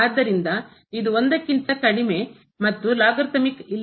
ಆದ್ದರಿಂದ ಇದು 1 ಕ್ಕಿಂತ ಕಡಿಮೆ ಮತ್ತು ಲಾಗರಿಥಮಿಕ್ ಇಲ್ಲಿ